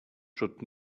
should